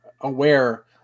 aware